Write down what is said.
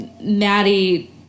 Maddie